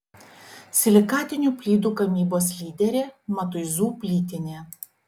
silikatinių plytų gamybos lyderė matuizų plytinė